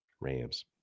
rams